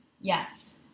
Yes